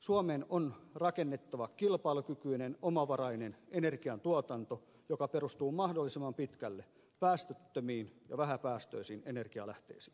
suomeen on rakennettava kilpailukykyinen omavarainen energiantuotanto joka perustuu mahdollisimman pitkälle päästöttömiin ja vähäpäästöisiin energialähteisiin